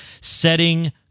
setting